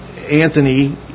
Anthony